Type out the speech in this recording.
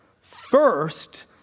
First